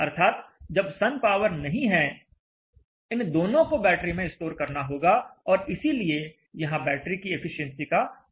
अर्थात जब sun power नहीं है इन दोनों को बैटरी में स्टोर करना होगा और इसीलिए यहां बैटरी की एफिशिएंसी का उपयोग किया गया है